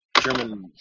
German